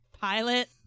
pilot